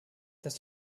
das